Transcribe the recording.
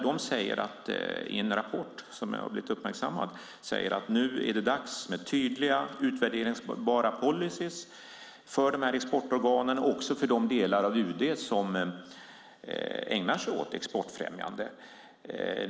De säger i en rapport som jag har blivit uppmärksammad på att nu är det dags med tydliga utvärderingsbara policyer för de här exportorganen och för de delar av UD som ägnar sig åt exportfrämjande.